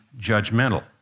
judgmental